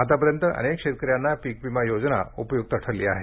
आतापर्यंत अनेक शेतकऱ्यांना पीक विमा योजना उपयुक्त ठरली आहे